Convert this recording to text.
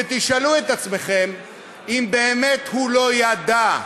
ותשאלו את עצמכם אם באמת הוא לא ידע,